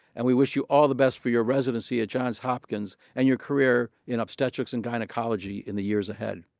and we wish you all the best for your residency at johns hopkins and you career in obstetrics and gynecology in the years ahead.